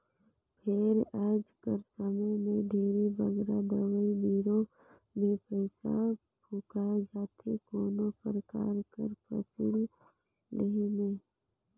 फेर आएज कर समे में ढेरे बगरा दवई बीरो में पइसा फूंकाए जाथे कोनो परकार कर फसिल लेहे में